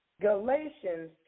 Galatians